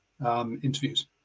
interviews